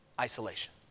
isolation